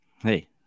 Hey